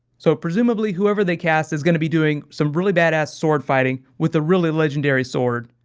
so, presumably, whoever they cast is going to be doing some really badass sword-fighting with a really legendary sword.